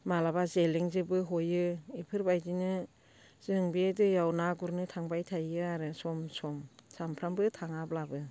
माब्लाबा जेलेंजोंबो हयो बेफोरबायदिनो जों बे दैयाव ना गुरनो थांबाय थायो आरो सम सम सानफ्रोमबो थाङाब्लाबो